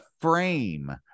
frame